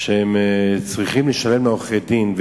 שהם צריכים לשלם לעורכי-דין,